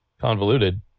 convoluted